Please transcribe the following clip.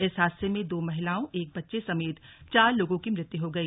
इस हादसे में दो महिलाओं एक बच्चे समेत चार लोगों की मृत्यु हो गई